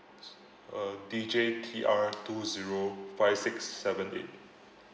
s~ uh D J T R two zero five six seven eight